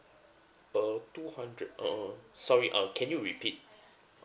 uh two hundred uh uh sorry uh can you repeat